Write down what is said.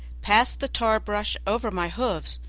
passed the tarbrush over my hoofs,